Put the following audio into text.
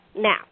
Now